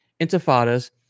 intifadas